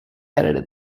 edited